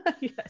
Yes